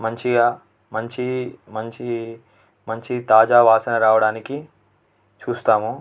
మంచిగా మంచి మంచి మంచి తాజా వాసన రావడానికి చూస్తాము